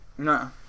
No